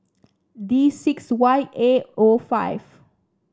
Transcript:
D six Y A O five